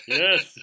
yes